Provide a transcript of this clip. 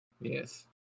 Yes